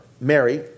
Mary